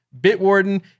Bitwarden